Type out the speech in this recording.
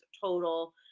total